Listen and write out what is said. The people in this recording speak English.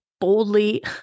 boldly